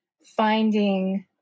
finding